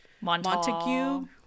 Montague